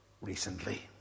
recently